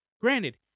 granted